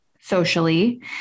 socially